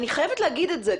אני חייבת להגיד את זה,